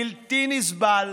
בלתי נסבל,